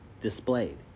displayed